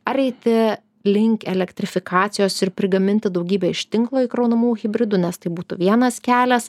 ar eiti link elektrifikacijos ir prigaminti daugybę iš tinklo įkraunamų hibridų nes tai būtų vienas kelias